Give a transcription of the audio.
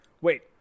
Wait